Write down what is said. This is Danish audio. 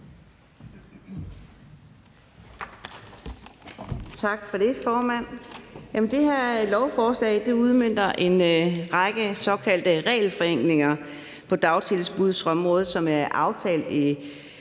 Tak for det, formand. Det her lovforslag udmønter en række såkaldte regelforenklinger på dagtilbudsområdet, som er aftalt i